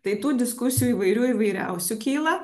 tai tų diskusijų įvairių įvairiausių kyla